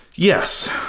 Yes